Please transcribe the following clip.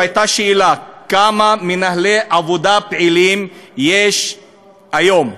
והייתה שאלה: כמה מנהלי עבודה פעילים יש היום?